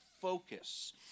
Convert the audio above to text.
focus